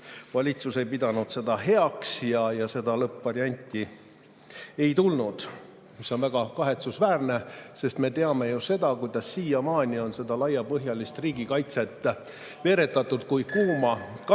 valitsus ei pidanud seda heaks ja lõppvarianti see ei tulnud. See on väga kahetsusväärne, sest me teame ju, kuidas siiamaani on seda laiapõhjalist riigikaitset veeretatud kui kuuma kartulit